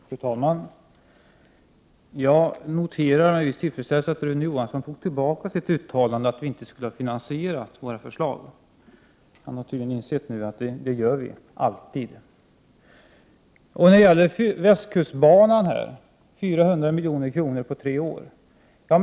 Fru talman! Jag noterar med viss tillfredsställelse att Rune Johansson tog tillbaka sitt uttalande att vi inte skulle ha finansierat våra förslag. Han har tydligen insett nu att vi alltid gör det. När det gäller västkustbanan och 400 milj.kr. på tre år vill jag säga följande.